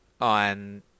on